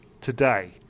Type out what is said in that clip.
Today